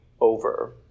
over